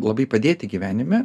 labai padėti gyvenime